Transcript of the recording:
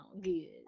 good